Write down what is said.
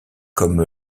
comme